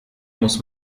muss